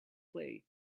play